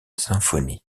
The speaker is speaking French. symphonies